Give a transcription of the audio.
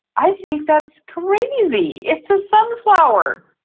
i think that's crazy. it's a sunflower.